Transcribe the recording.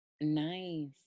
nice